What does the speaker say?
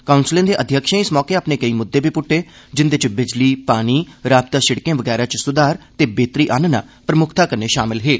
काउंसलें दे अध्यक्षें इस मौके अपने केंई मुद्दें बी पुट्टे जिन्दे च बिजली पानी राबता सड़के बगैरा च सुधार ते बेहतरी आनना प्रमुक्खता कन्नै शामल हे